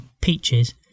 peaches